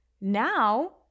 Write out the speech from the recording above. Now